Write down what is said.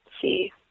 see